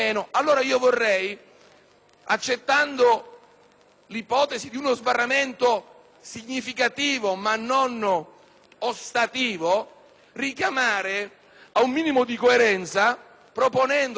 accettando l'ipotesi di uno sbarramento significativo ma non ostativo, vorrei richiamare a un minimo di coerenza proponendo una soglia del 2